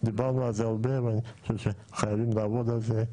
דיברנו על זה הרבה ואני חושב שחייבים לעבוד על זה,